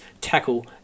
tackle